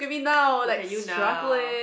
look at you now